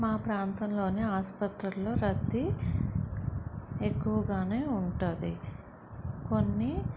మా ప్రాంతంలో ఆసుపత్రులలో రద్దీ ఎక్కువగా ఉంటుంది కొన్ని